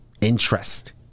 interest